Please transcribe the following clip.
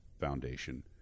foundation